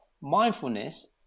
Mindfulness